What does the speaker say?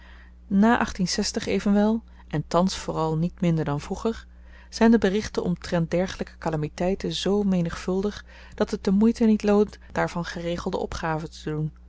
na evenwel en thans vooral niet minder dan vroeger zyn de berichten omtrent dergelyke kalamiteiten zoo menigvuldig dat het de moeite niet loont daarvan geregelde opgave te doen